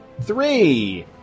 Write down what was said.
Three